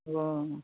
अ